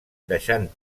deixant